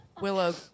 Willow